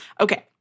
okay